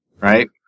right